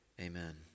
amen